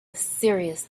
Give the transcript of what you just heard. serious